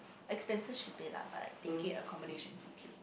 expenses she pay lah but like ticket accommodation he pay